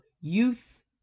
youth